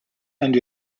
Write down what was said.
and